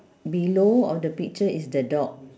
below of the picture is the dog